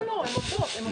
לא, הן עובדות.